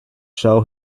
show